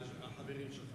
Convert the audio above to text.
החברים שלך.